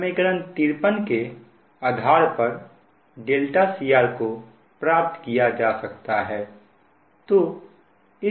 समीकरण 53 के आधार crको प्राप्त किया जा सकता है